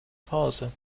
pause